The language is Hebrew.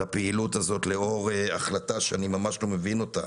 לפעילות הזאת לאור החלטה שאני ממש לא מבין אותה,